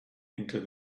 into